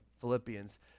Philippians